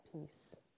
peace